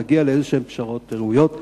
להגיע לפשרות ראויות כלשהן.